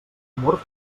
amor